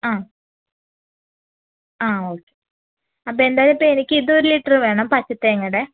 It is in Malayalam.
ആ ആ ഓക്കെ അപ്പം എന്തായാലും അപ്പം എനിക്കിതൊര് ലിറ്ററ് വേണം പച്ചതേങ്ങയുടെ